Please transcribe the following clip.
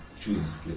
choose